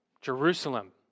Jerusalem